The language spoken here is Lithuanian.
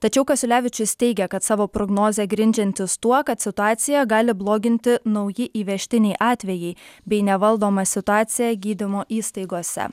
tačiau kasiulevičius teigia kad savo prognozę grindžiantis tuo kad situacija gali bloginti nauji įvežtiniai atvejai bei nevaldoma situacija gydymo įstaigose